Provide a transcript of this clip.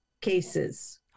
cases